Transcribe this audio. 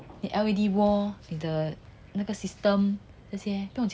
L_E_D wall and the 那个 system